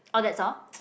orh that's all